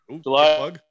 July